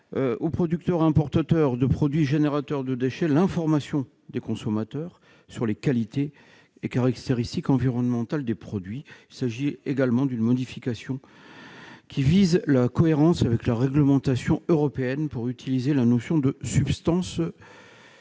aux producteurs et importateurs de produits générateurs de déchets l'information des consommateurs sur les qualités et caractéristiques environnementales des produits. Il tend ainsi à introduire une modification rédactionnelle visant à assurer la cohérence avec la réglementation européenne, qui utilise la notion de « substances